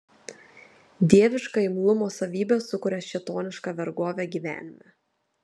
dieviška imlumo savybė sukuria šėtonišką vergovę gyvenime